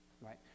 right